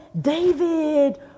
David